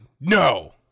No